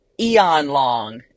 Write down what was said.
eon-long